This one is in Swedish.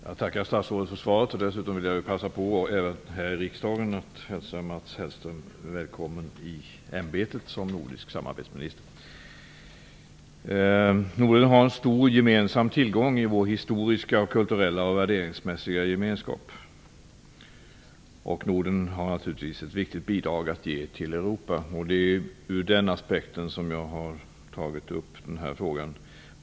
Herr talman! Jag tackar statrådet för svaret. Dessutom vill jag passa på att även här i riksdagen hälsa Mats Hellström välkommen i ämbetet som nordisk samarbetsminister. Vi i Norden har en stor gemensam tillgång i vår historiska, kulturella och värderingsmässiga gemenskap. Norden har naturligtvis ett viktigt bidrag att ge till Europa. Det är ur den aspekten som jag har tagit upp den här frågan.